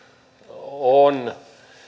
on